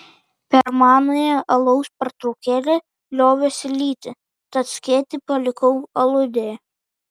per manąją alaus pertraukėlę liovėsi lyti tad skėtį palikau aludėje